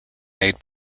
made